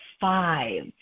five